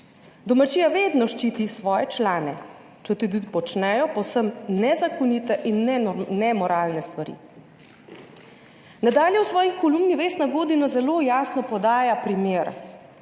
Domačija vedno ščiti svoje člane, četudi počnejo povsem nezakonite in nemoralne stvari. Nadalje, v svoji kolumni Vesna Godina zelo jasno podaja primer,